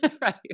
right